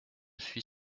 suis